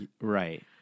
Right